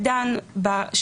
לא הבנתי, אתם יותר מחמירים?